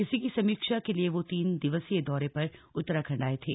इसी की समीक्षा के लिए वह तीन दिवसीय दौरे पर उत्तराखंड आये थे